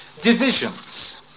Divisions